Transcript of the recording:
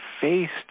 faced